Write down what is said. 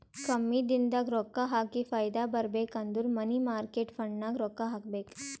ಕಮ್ಮಿ ದಿನದಾಗ ರೊಕ್ಕಾ ಹಾಕಿ ಫೈದಾ ಬರ್ಬೇಕು ಅಂದುರ್ ಮನಿ ಮಾರ್ಕೇಟ್ ಫಂಡ್ನಾಗ್ ರೊಕ್ಕಾ ಹಾಕಬೇಕ್